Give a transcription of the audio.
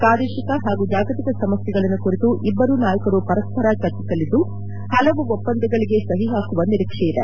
ಪ್ರಾದೇಶಿಕ ಹಾಗೂ ಜಾಗತಿಕ ಸಮಸ್ಯೆಗಳನ್ನು ಕುರಿತು ಇಬ್ಬರೂ ನಾಯಕರು ಪರಸ್ಪರ ಚರ್ಚಿಸಲಿದ್ದು ಹಲವು ಒಪ್ಪಂದಗಳಿಗೆ ಸಹಿ ಹಾಕುವ ನಿರೀಕ್ಷೆಯಿದೆ